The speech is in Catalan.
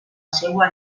seua